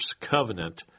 covenant